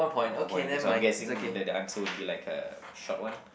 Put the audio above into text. one point okay so I'm guessing that the answer would be like a short one